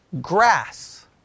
grass